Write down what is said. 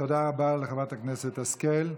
תודה רבה לחברת הכנסת השכל.